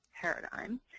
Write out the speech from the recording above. paradigm